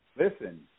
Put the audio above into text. Listen